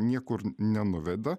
niekur nenuveda